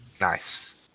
Nice